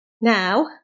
now